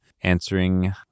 answering